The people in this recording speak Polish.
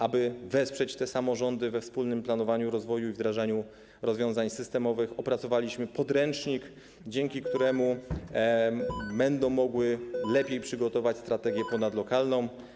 Aby wesprzeć te samorządy we wspólnym planowaniu rozwoju i wdrażaniu rozwiązań systemowych, opracowaliśmy podręcznik, dzięki któremu będą mogły lepiej przygotować strategię ponadlokalną.